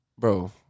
Bro